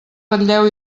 ratlleu